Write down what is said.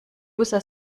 user